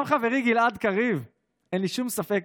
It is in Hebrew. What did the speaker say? גם חברי גלעד קריב, אין לי שום ספק,